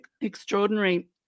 extraordinary